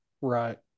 Right